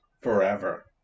Forever